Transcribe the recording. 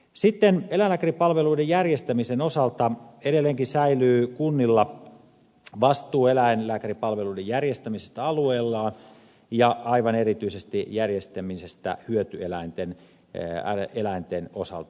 sitten eläinlääkäripalveluiden järjestämisen osalta edelleenkin säilyy kunnilla vastuu eläinlääkäripalveluiden järjestämisestä alueellaan ja aivan erityisesti järjestämisestä hyötyeläinten osalta